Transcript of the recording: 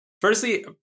firstly